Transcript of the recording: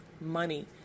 money